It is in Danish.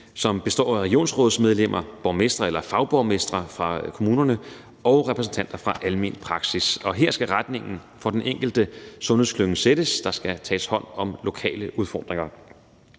som består af regionsrådsmedlemmer, borgmestre eller fagborgmestre fra kommunerne og repræsentanter for almen praksis. Og her skal retningen for den enkelte sundhedsklynge sættes. Der skal tages hånd om lokale udfordringer.